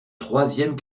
troisième